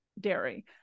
dairy